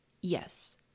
Yes